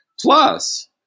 Plus